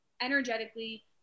energetically